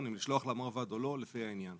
אם לשלוח למרב"ד או לא לפי העניין.